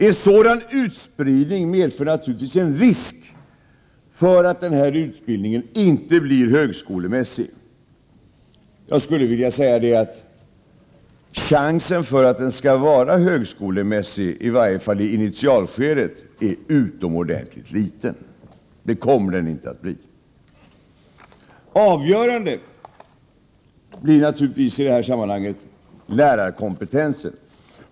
En sådan utspridning medför naturligtvis en risk för att den här utbildningen inte blir högskolemässig. Jag skulle vilja säga att chansen för att den skall vara högskolemässig, i varje fall i initialskedet, är utomordentligt liten. Det kommer den inte att bli. Avgörande i detta sammanhang blir naturligtvis lärarkompetensen.